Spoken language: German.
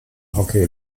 hockey